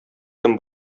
кем